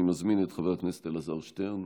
אני מזמין את חבר הכנסת אלעזר שטרן,